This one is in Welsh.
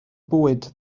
bwyd